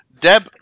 Deb